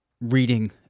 reading